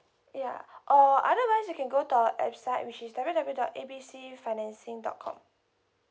ya or otherwise you can go to our website which is W W W dot A B C financing dot com